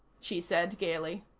she said gaily.